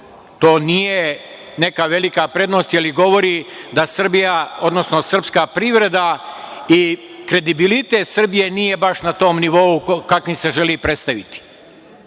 to nije neka velika prednost, jer govori da Srbija, odnosno sprska privreda i kredibilitet Srbije nije baš na tom nivou kakvim se želi predstaviti.